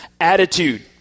Attitude